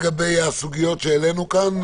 לגבי הסוגיות שהעלינו כאן,